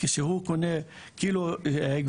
כאשר הוא קונה קילו עגבנייה,